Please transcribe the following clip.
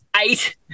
eight